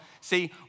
see